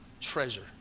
treasure